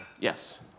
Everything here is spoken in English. Yes